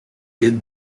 kidd